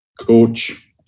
coach